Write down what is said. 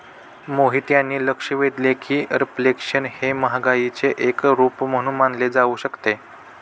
मोहित यांनी लक्ष वेधले की रिफ्लेशन हे महागाईचे एक रूप म्हणून मानले जाऊ शकते